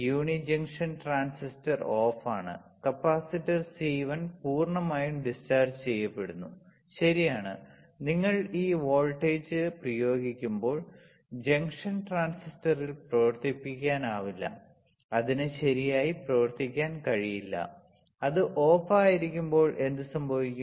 യൂണി junction transistor ഓഫാണ് capacitor C1 പൂർണ്ണമായും discharge ചെയ്യപ്പെടുന്നു ശരിയാണ് നിങ്ങൾ ഈ വോൾട്ടേജ് പ്രയോഗിക്കുമ്പോൾ ജംഗ്ഷൻ ട്രാൻസിസ്റ്ററിൽ പ്രവർത്തിക്കാനാവില്ല അതിന് ശരിയായി പ്രവർത്തിക്കാൻ കഴിയില്ല അത് ഓഫായിരിക്കുമ്പോൾ എന്ത് സംഭവിക്കും